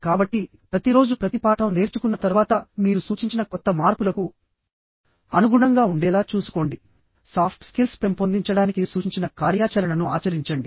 కాబట్టి ప్రతి రోజు ప్రతి పాఠం నేర్చుకున్న తర్వాత మీరు సూచించిన కొత్త మార్పులకు అనుగుణంగా ఉండేలా చూసుకోండి సాఫ్ట్ స్కిల్స్ పెంపొందించడానికి సూచించిన కార్యాచరణను ఆచరించండి